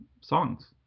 songs